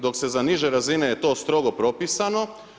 Dok se za niže razine je to strogo propisano.